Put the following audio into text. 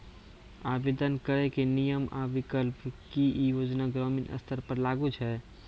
आवेदन करैक नियम आ विकल्प? की ई योजना ग्रामीण स्तर पर लागू छै?